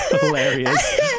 Hilarious